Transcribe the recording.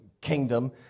kingdom